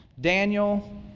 Daniel